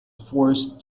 forced